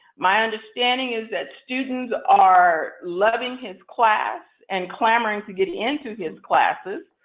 my understanding is that students are loving his class and clamoring to get into his classes.